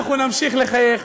אנחנו נמשיך לחייך.